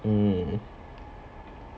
mm